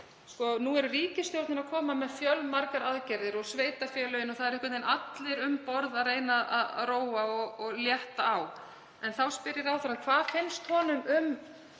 sér. Nú er ríkisstjórnin að koma með fjölmargar aðgerðir og sveitarfélögin og það eru einhvern veginn allir um borð að reyna að róa og létta á. En þá spyr ég ráðherrann: Hvað finnst honum um